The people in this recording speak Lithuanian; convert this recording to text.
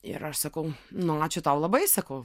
ir aš sakau nu ačiū tau labai sakau